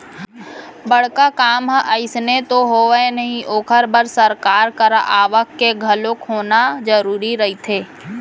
बड़का काम ह अइसने तो होवय नही ओखर बर सरकार करा आवक के घलोक होना जरुरी रहिथे